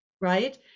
Right